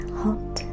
hot